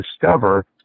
discover